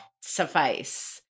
suffice